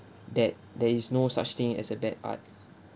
that there is no such thing as a bad arts